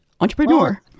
entrepreneur